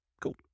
Cool